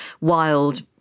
wild